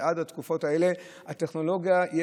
הם טכנולוגיה.